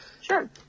Sure